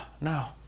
no